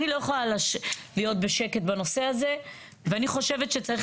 אני לא יכולה להיות בשקט בנושא הזה ואני חושבת שצריך